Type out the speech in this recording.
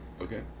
Okay